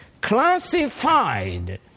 Classified